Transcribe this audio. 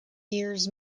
years